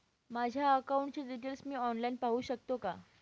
माझ्या अकाउंटचे डिटेल्स मी ऑनलाईन पाहू शकतो का?